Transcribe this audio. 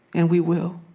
and we will.